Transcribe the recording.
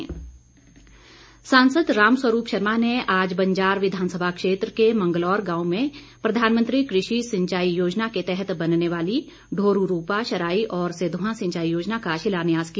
रामस्वरूप सांसद रामस्वरूप शर्मा ने आज बंजार विधानसभा क्षेत्र के मंगलौर गांव में प्रधानमंत्री कृषि सिंचाई योजना के तहत बनने वाली ढोरूरोपा शराई और सिद्दवां सिंचाई योजना का शिलान्यास किया